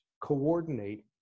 coordinate